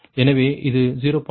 எனவே இது 0